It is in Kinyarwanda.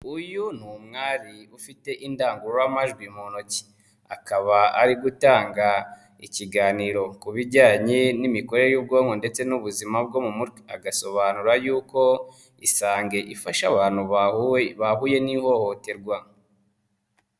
Uyu ni umwari ufite indangururamajwi mu ntoki, akaba ari gutanga ikiganiro ku bijyanye n'imikorere y'ubwonko ndetse n'ubuzima bwo mu mutwe, agasobanura y'uko Isange ifasha abantu bahuye n'ihohoterwa.